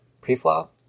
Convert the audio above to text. pre-flop